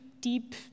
deep